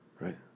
Right